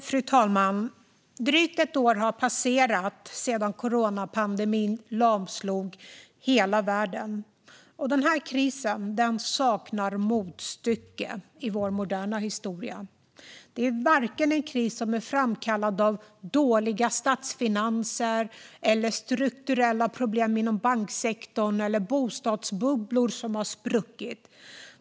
Fru talman! Drygt ett år har passerat sedan coronapandemin lamslog hela världen. Den här krisen saknar motstycke i vår moderna historia. Det är en kris som varken är framkallad av dåliga statsfinanser, strukturella problem inom banksektorn eller bostadsbubblor som har spruckit.